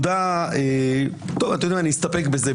אני אסתפק בזה.